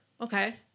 okay